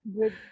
good